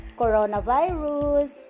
coronavirus